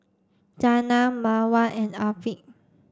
Zaynab Mawar and Afiq